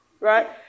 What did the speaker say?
right